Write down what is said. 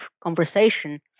conversation